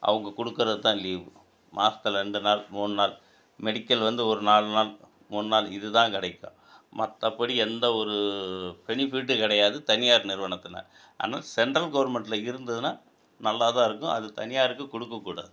அவங்க கொடுக்கறது தான் லீவ் மாசத்தில ரெண்டு நாள் மூணு நாள் மெடிக்கல் வந்து ஒரு நாலு நாள் மூணு நாள் இது தான் கிடைக்கும் மற்றபடி எந்த ஒரு பெனிஃபிட்டு கிடையாது தனியார் நிறுவனத்தின் ஆனால் சென்ட்ரல் கவுர்மெண்டில் இருந்ததுன்னால் நல்லா தான் இருக்கும் அது தனியாருக்கு கொடுக்கக்கூடாது